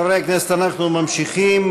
חברי הכנסת, אנחנו ממשיכים